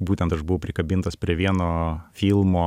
būtent aš buvau prikabintas prie vieno filmo